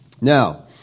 Now